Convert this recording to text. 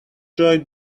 joy